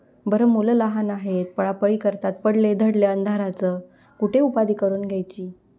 बरं मुलं लहान आहेत पळापळी करतात पडले धडले अंधाराचं कुठे उपाधी करून घ्यायची